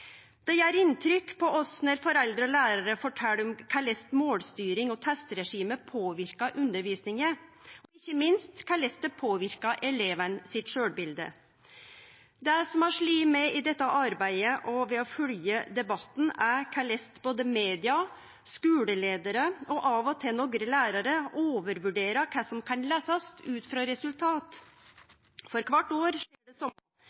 Det gjer inntrykk på oss når foreldre og lærarar fortel om korleis målstyring og testregime påverkar undervisninga, ikkje minst korleis det påverkar eleven sitt sjølvbilde. Det som har slått meg i dette arbeidet og ved å følgje debatten, er korleis både media, skuleleiarar og av og til nokre lærarar overvurderer kva som kan lesast ut frå resultat. Kvart år skjer det